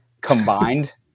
combined